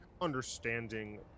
Understanding